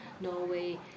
Norway